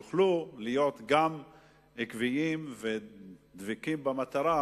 שגם יוכלו להיות עקביים ודבקים במטרה,